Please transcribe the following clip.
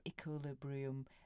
equilibrium